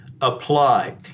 apply